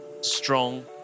strong